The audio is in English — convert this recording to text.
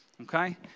okay